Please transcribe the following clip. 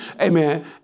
amen